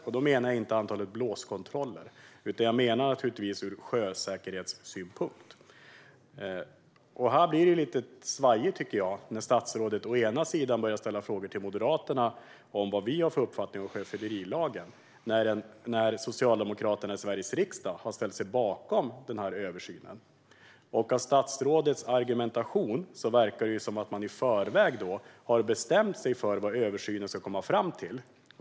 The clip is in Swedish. Jag menar inte antalet blåskontroller, utan jag menar naturligtvis ur sjösäkerhetssynpunkt. Här blir det lite svajigt när statsrådet å ena sidan börjar ställa frågor till Moderaterna om vad vi har för uppfattning av sjöfyllerilagen när Socialdemokraterna å andra sidan i Sveriges riksdag har ställt sig bakom översynen. Av statsrådets argumentation verkar det som att man i förväg har bestämt sig för vad översynen ska komma fram till.